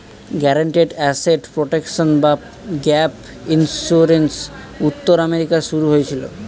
guaranteed asset protection বা gap insurance উত্তর আমেরিকায় শুরু হয়েছিল